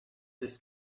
ist